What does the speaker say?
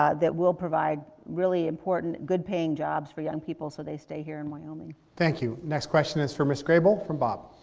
ah that will provide really important, good paying jobs for young people so they stay here in wyoming. thank you. next question is for miss grey but from bob.